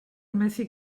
methu